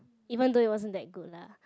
even though it wasn't that good lah